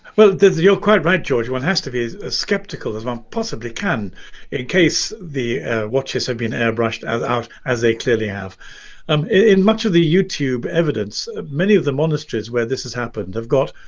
well there's you're quite right, george. one has to be as skeptical as one possibly can in case the watches have been airbrushed as out as they clearly have um in much of the youtube evidence. many of the monasteries where this has happened have got